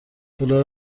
دلار